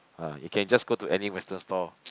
ah you can just go to any Western stall